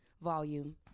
volume